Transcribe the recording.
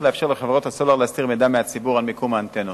לאפשר לחברות הסלולר להסתיר מהציבור מידע על מיקום האנטנות.